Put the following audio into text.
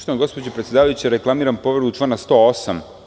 Gospođo predsedavajuća, reklamiram povredu člana 108.